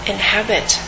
Inhabit